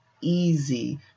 easy